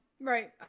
right